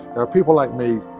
people like me,